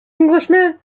englishman